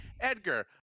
Edgar